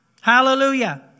Hallelujah